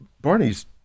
Barney's